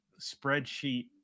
spreadsheet